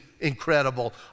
incredible